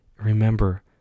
remember